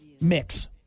mix